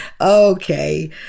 Okay